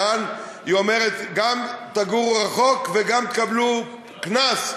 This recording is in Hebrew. אומרת: גם תגורו רחוק וגם תקבלו קנס,